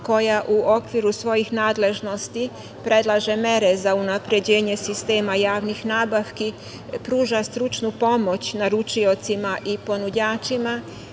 koja u okviru svojih nadležnosti predlaže mere za unapređenje sistema javnih nabavki, pruža stručnu pomoć naručiocima i ponuđačima,